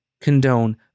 condone